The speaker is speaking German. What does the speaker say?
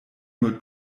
nur